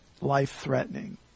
life-threatening